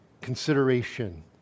consideration